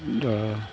दा